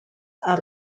are